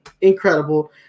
incredible